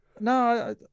no